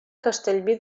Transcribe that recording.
castellví